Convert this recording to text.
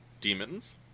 demons